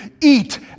Eat